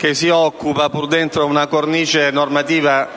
particolare, pur dentro una cornice normativa